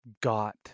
got